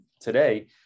today